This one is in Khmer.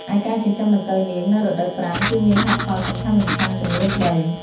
ឯការចិញ្ចឹមដង្កូវនាង នៅរដូវប្រាំង គឺមានហេតុផលសំខាន់ៗចំនួន៣។